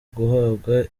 guhabwa